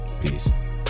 Peace